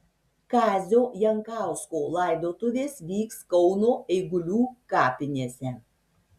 kazio jankausko laidotuvės vyks kauno eigulių kapinėse